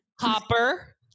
Hopper